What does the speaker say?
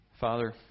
Father